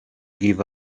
give